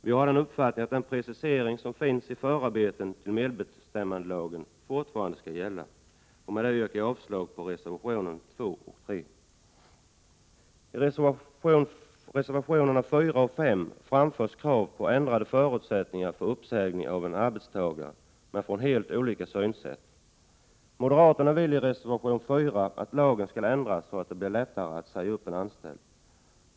Vi har den uppfattningen att den precisering som finns i förarbeten till medbestämmandelagen fortfarande skall gälla. Med detta yrkar jag avslag på reservationerna 2 och 3. I reservationerna 4 och 5 framförs krav på ändrade förutsättningar för uppsägning av en arbetstagare, men från helt olika synsätt. Moderaterna vill i reservation 4 att lagen skall ändras så att det blir lättare att säga upp en anställd.